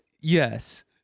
Yes